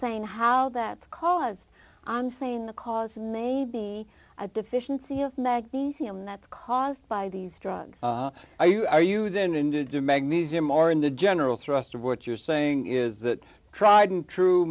saying how that cause i'm saying the cause may be a deficiency of magnesium that's caused by these drugs are you are you then indeed to magnesium or in the general thrust of what you're saying is that tried and true